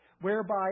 whereby